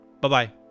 Bye-bye